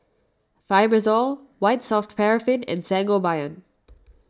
Fibrosol White Soft Paraffin and Sangobion